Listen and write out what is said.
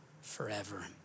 forever